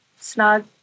snug